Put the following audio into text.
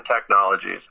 technologies